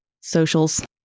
socials